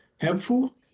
helpful